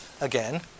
again